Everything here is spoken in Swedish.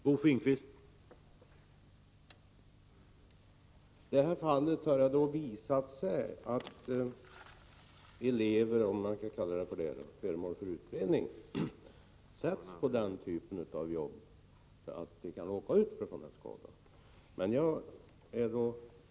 Herr talman! I detta fall har det visat sig att elever — om man får kalla dem så, detta är föremål för utredning — sätts på den typen av jobb att de kan råka ut för skada.